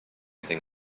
thing